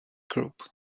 group